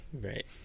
Right